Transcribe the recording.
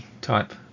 type